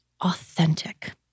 authentic